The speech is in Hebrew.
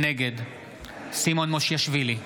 נגד סימון מושיאשוילי,